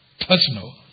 Personal